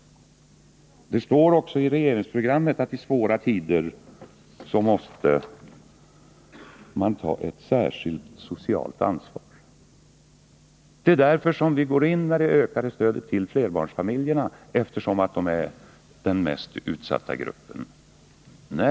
Det står också i regeringsprogrammet att i svåra tider måste man ta ett särskilt socialt ansvar. Det är därför vi ökar stödet till flerbarnsfamiljerna, eftersom de är den mest utsatta gruppen.